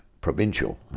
provincial